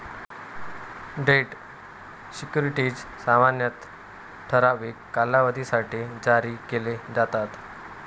date securities सामान्यतः ठराविक कालावधीसाठी जारी केले जातात